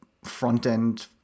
front-end